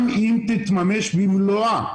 גם אם תתממש במלואה,